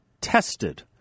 tested